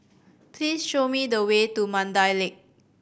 please show me the way to Mandai Lake